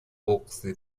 بغضی